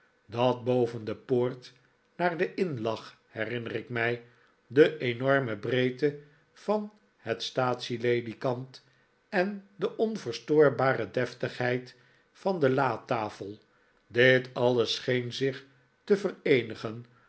dat boven de poort naar de inn lag herinner ik'mij de enorme breedte van het staatsieledikant en de onverstoorbare deftigheid van de latafel dit alles scheen zich te vereenigen